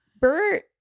Bert